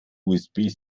usb